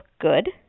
good